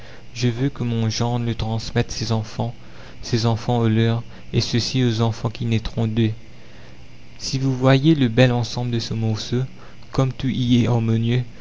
je veux que mon gendre le transmette ses enfants ses enfants aux leurs et ceux-ci aux enfants qui naîtront d'eux si vous voyiez le bel ensemble de ce morceau comme tout y est